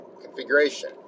configuration